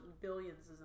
billions